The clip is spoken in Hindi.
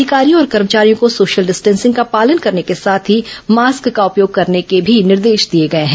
अधिकारियों और कर्मचारियों को सोशल डिस्टेसिंग का पालन करने के साथ ही मास्क का उपयोग करने के भी निर्देश दिए गए हैं